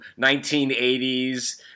1980s